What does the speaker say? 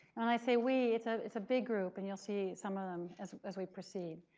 i say we, it's ah it's a big group. and you'll see some of them as as we proceed.